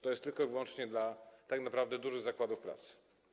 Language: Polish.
To jest tylko i wyłącznie dla tak naprawdę dużych zakładów pracy.